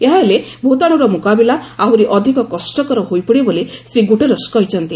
ଏହା ହେଲେ ଭୂତାଣୁର ମୁକାବିଲା ଆହୁରି ଅଧିକ କଷ୍ଟକର ହୋଇପଡ଼ିବ ବୋଲି ଶ୍ରୀ ଶ୍ରୀ ଗୁଟେରସ୍ କହିଛନ୍ତି